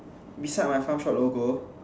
beside my farm shop logo